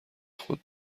خود